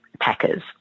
packers